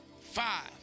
five